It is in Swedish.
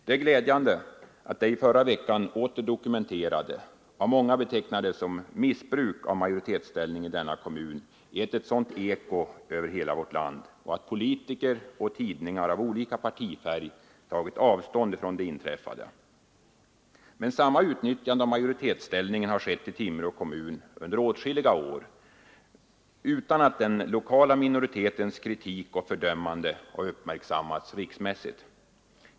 Det är glädjande att det i förra veckan åter dokumenterade handlandet — av många betecknat som missbruk av majoritetsställning — i denna kommun gett ett sådant eko över hela vårt land och att politiker och tidningar av olika partifärg tagit avstånd från det inträffade. Men samma utnyttjande av majoritetsställningen har skett i Timrå under åtskilliga år utan att den lokala minoritetens kritik och fördömande har uppmärksammats riksmässigt.